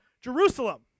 Jerusalem